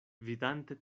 vidante